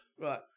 Right